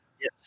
Yes